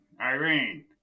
Irene